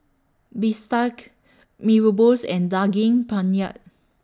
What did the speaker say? Bistake Mee Rebus and Daging Penyet